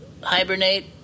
hibernate